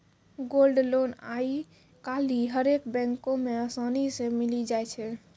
gold loan आइ काल्हि हरेक बैको मे असानी से मिलि जाय छै